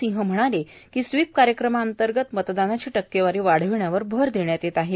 सिंह म्हणाले स्वीप कार्यक्रमांतर्गत मतदानाची टक्केवारी वाढविण्यावर भर देण्यात येत आहे